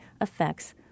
affects